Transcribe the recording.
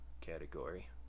category